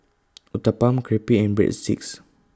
Uthapam Crepe and Breadsticks